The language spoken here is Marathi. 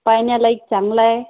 पाहण्यालायक चांगला आहे